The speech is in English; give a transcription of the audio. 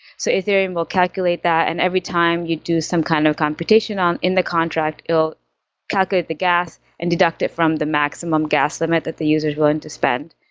so ethereum will calculate that and every time you do some kind of computation um in the contract, it will calculate the gas and deduct it from the maximum gas limit that the user willing to spend.